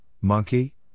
monkey